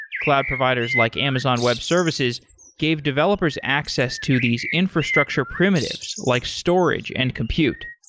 cloud providers like amazon web services gave developers access to these infrastructure primitives, like storage and compute.